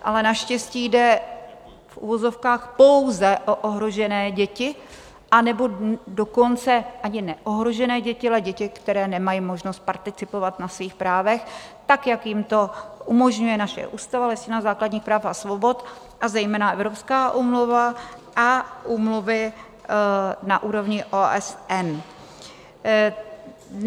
Ale naštěstí jde v uvozovkách pouze o ohrožené děti, anebo dokonce ani ne o ohrožené děti, ale děti, které nemají možnost participovat na svých právech tak, jak jim to umožňuje naše ústava, Listina základních práv a svobod a zejména evropská Úmluva a úmluvy na úrovni OSN.